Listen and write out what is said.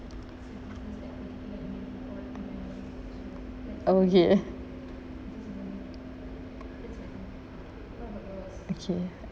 okay okay